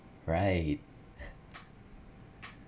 right